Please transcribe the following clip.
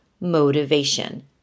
motivation